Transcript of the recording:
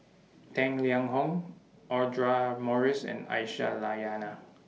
Tang Liang Hong Audra Morrice and Aisyah Lyana